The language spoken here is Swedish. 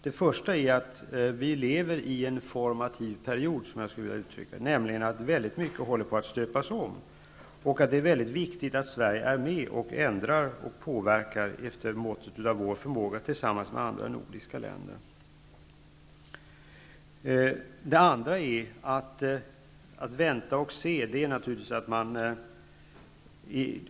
Det första är att vi lever i en formativ period, som jag skulle vilja uttrycka det, nämligen att väldigt mycket håller på att stöpas om och att det är väldigt viktigt att Sverige är med och ändrar och påverkar efter måttet av sin förmåga tillsammans med de andra nordiska länderna. Det andra är att vänta och se.